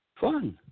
fun